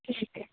ਠੀਕ ਹੈ